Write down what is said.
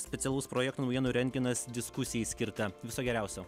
specialus projekto naujienų rentgenas diskusijai skirta viso geriausio